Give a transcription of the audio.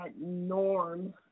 norm